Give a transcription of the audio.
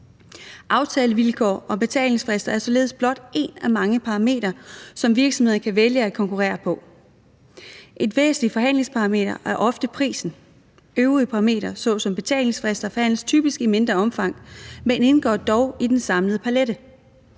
Aftalevilkår om betalingsfrister er således blot et af mange parametre, som virksomheder kan vælge at konkurrere på. Et væsentligt forhandlingsparameter er ofte prisen; de øvrige parametre, såsom betalingsfrister, forhandles typisk i mindre omfang, men indgår dog i den samlede palet.